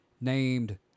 named